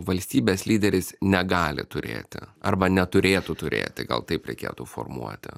valstybės lyderis negali turėti arba neturėtų turėti tai gal taip reikėtų formuoti